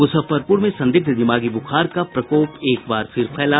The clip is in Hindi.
मुजफ्फरपुर में संदिग्ध दिमागी बुखार का प्रकोप एक बार फिर फैला